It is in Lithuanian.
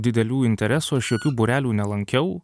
didelių interesų aš jokių būrelių nelankiau